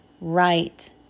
right